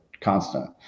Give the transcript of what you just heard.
constant